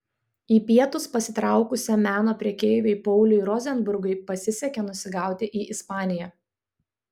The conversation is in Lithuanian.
į pietus pasitraukusiam meno prekeiviui pauliui rozenbergui pasisekė nusigauti į ispaniją